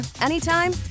anytime